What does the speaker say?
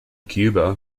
cuba